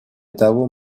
того